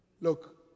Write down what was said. Look